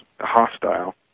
hostile